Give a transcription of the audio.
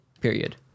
Period